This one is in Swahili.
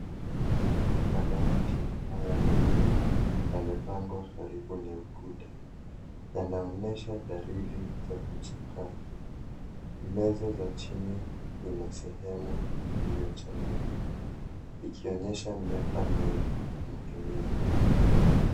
Madawati haya mawili yamepangwa karibu na ukuta yanaonyesha dalili ya kuchakaa. Meza za chini zina sehemu iliyochangia. Ikionyesha miaka mingi ya matumizi.